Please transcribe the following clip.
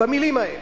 במלים האלה.